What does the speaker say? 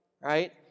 Right